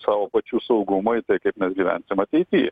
savo pačių saugumą į tai kaip mes gyvensim ateity